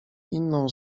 inną